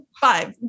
five